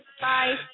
Bye